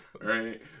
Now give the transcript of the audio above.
right